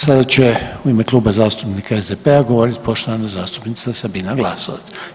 Sada će u ime Kluba zastupnika SDP-a govoriti poštovana zastupnica Sabina Glasovac.